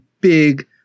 big